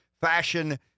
fashion